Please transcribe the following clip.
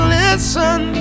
listen